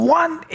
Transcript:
one